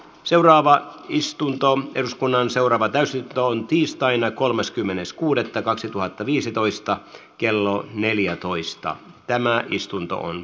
seuraava istunto on eduskunnan seuraavat ensi tiistaina kolmaskymmenes kuudetta kaksituhattaviisitoista kello neljätoista asian käsittely päättyi